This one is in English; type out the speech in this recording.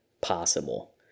possible